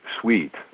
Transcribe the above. suite